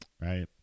Right